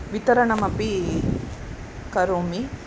वितरणमपि करोमि